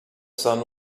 son